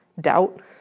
doubt